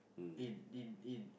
in in in